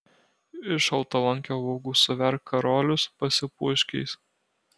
iš šaltalankio uogų suverk karolius pasipuošk jais